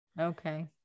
Okay